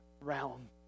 realm